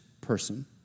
person